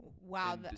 Wow